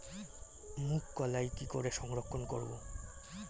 মুঘ কলাই কি করে সংরক্ষণ করব?